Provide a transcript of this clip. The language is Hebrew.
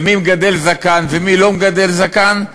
מי מגדל זקן ומי לא מגדל זקן,